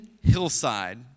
hillside